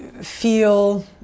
feel